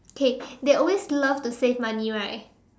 okay they always love to save money right